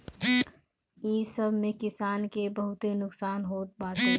इ सब से किसान के बहुते नुकसान होत बाटे